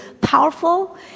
powerful